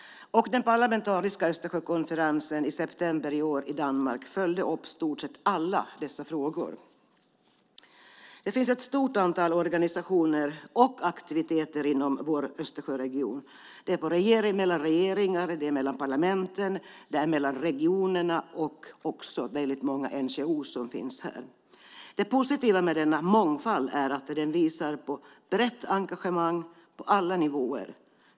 Den parlamentariska Östersjökonferensen i september i år i Danmark följde upp i stort sett alla dessa frågor. Det finns ett stort antal organisationer och aktiviteter inom vår Östersjöregion. Det är mellan regeringar, mellan parlamenten, mellan regionerna och också väldigt många NGO:er som finns här. Det positiva med denna mångfald är att den visar på brett engagemang på alla nivåer.